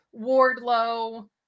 Wardlow